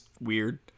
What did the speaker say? weird